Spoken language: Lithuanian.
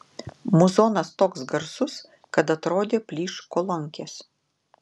muzonas toks garsus kad atrodė plyš kolonkės